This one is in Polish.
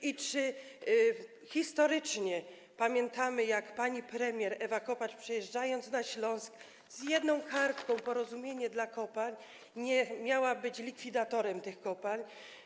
I czy, biorąc historycznie, pamiętamy, jak pani premier Ewa Kopacz przyjechała na Śląsk z jedną kartką porozumienia dla kopalń - czy nie miała być likwidatorem tych kopalń?